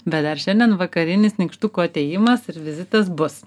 bet dar šiandien vakarinis nykštukų atėjimas ir vizitas bus